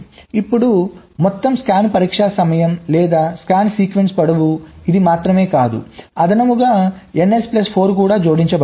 ఇప్పుడు మొత్తం స్కాన్ పరీక్ష సమయం లేదా స్కాన్ సీక్వెన్స్ పొడవు ఇది మాత్రమే కాదు అదనముగా ns ప్లస్ 4 కూడా జోడించబడుతుంది